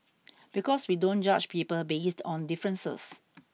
because we don't judge people based on differences